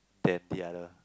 than the other